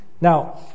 Now